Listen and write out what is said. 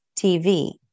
TV